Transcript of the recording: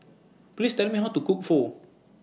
Please Tell Me How to Cook Pho